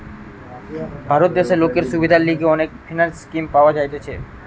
ভারত দেশে লোকের সুবিধার লিগে অনেক ফিন্যান্স স্কিম পাওয়া যাইতেছে